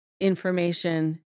information